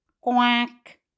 Quack